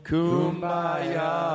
Kumbaya